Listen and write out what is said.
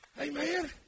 Amen